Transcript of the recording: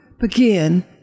begin